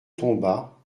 tomba